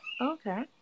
Okay